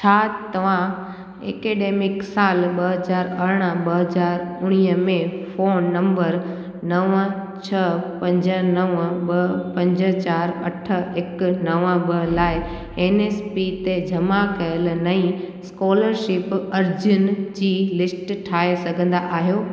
छा तव्हां ऐकडेमिक साल ॿ हज़ार ॿ हज़ार उणिवीह में फोन नंबर नवं छ्ह पंज नवं ॿ पंज चार अठ हिकु नवं ॿ लाइ एन एस पी ते जमा कयल नईं स्कोलरशिप अर्ज़ियुनि जी लिस्ट ठाहे सघंदा आहियो